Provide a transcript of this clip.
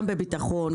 גם בביטחון,